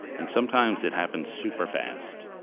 and sometimes it happens super fast.